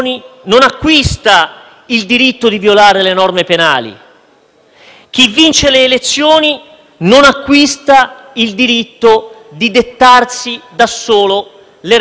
non acquista il diritto di dettarsi da solo le regole e non acquista il diritto di strafare. *(Applausi dal Gruppo